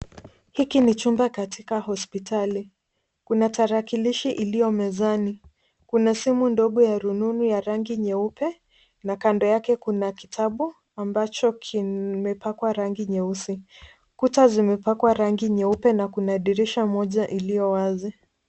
Hiki ni chumba katika hospitali. Kuna tarakilishi iliyo mezani. Kuna simu ndogo ya rununu ya rangi nyeupe na kando yake kuna kitabu ambacho kimepakwa rangi nyeusi. Kuta zimepakwa rangi nyeupe na kuna dirisha moja iliyo wazi.